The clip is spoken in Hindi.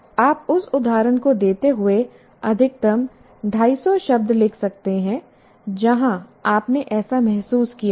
आप उस उदाहरण को देते हुए अधिकतम 250 शब्द लिख सकते हैं जहां आपने ऐसा महसूस किया है